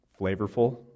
flavorful